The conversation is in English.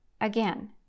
Again